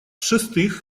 шестых